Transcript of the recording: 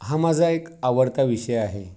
हा माझा एक आवडता विषय आहे